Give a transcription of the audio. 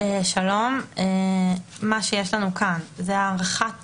שלום, מה שיש לנו כאן זה הארכת תוקף,